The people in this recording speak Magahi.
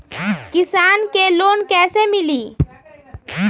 किसान के लोन कैसे मिली?